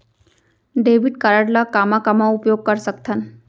Debit card ला कामा कामा उपयोग कर सकथन?